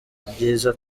byiza